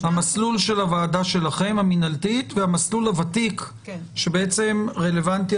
המסלול של הוועדה שלכם המינהלתית והמסלול הוותיק שבעצם רלוונטי,